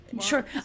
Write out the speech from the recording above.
Sure